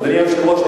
אדוני היושב-ראש,